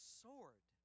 sword